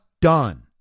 done